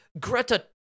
Greta